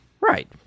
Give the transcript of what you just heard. right